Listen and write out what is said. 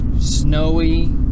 snowy